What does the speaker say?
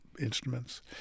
instruments